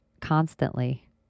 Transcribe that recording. constantly